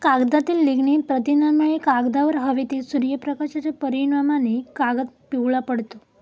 कागदातील लिग्निन प्रथिनांमुळे, कागदावर हवेतील सूर्यप्रकाशाच्या परिणामाने कागद पिवळा पडतो